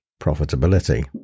profitability